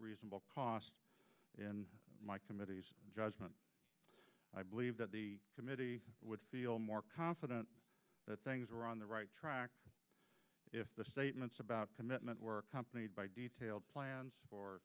reasonable cost in my committee's judgment i believe that the committee would feel more confident that things were on the right track if the statements about commitment were companied by detailed plans for